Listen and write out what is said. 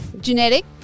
genetic